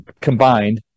combined